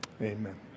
Amen